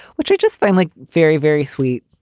which i just find like very, very sweet.